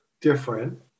different